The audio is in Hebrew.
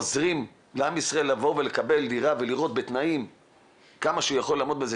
עוזרים לעם ישראל לבוא ולקבל דירה בתנאים כמה שהוא יכול לעמוד בכך,